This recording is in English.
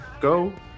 go